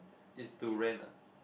it's to rent ah